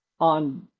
on